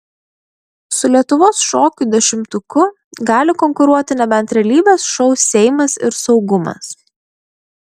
su lietuvos šokių dešimtuku gali konkuruoti nebent realybės šou seimas ir saugumas